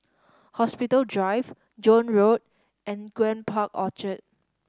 Hospital Drive Joan Road and Grand Park Orchard